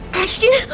ashton?